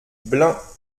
blein